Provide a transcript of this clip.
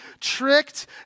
tricked